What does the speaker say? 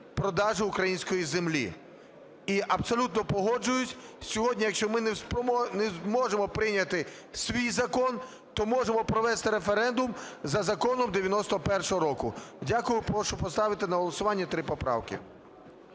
продажу української землі. І абсолютно погоджуюсь, сьогодні якщо ми не зможемо прийняти свій закон, то можемо провести референдум за законом 91-го року. Дякую. Прошу поставити на голосування 3 поправки.